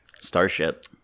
starship